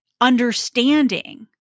understanding